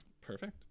Perfect